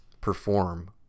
perform